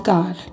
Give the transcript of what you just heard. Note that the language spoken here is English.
God